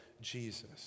Jesus